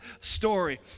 story